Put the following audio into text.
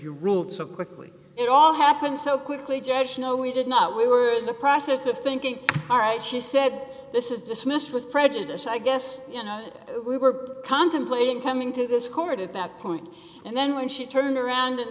you ruled so quickly it all happened so quickly josh no we did not we were in the process of thinking all right she said this is dismissed with prejudice i guess you know we were contemplating coming to this court at that point and then when she turned around and